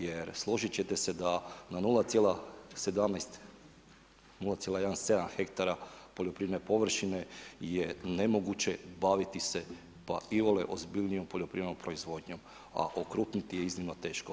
Jer složit ćete se da na 0,17 hektara poljoprivredne površine je nemoguće baviti se pa iole ozbiljnijom poljoprivrednom proizvodnjom, a okrupniti je iznimno teško.